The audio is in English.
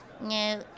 No